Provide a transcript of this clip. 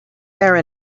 there